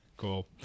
Cool